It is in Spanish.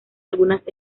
algunas